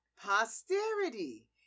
Posterity